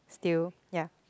still ya